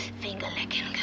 finger-licking